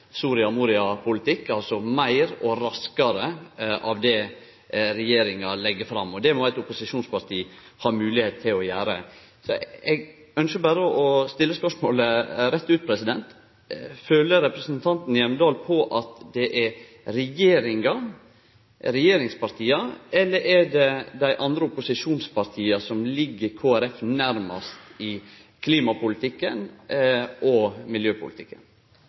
og raskare – det som regjeringa legg fram. Det må eit opposisjonsparti ha moglegheita til å gjere. Eg ynskjer berre å stille spørsmålet rett ut: Føler representanten Hjemdal at det er regjeringspartia eller dei andre – opposisjonspartia – som ligg Kristeleg Folkeparti nærmast i klima- og miljøpolitikken?